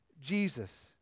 Jesus